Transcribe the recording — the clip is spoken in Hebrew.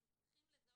אנחנו צריכים לזהות.